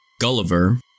Gulliver